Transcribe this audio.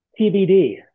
TBD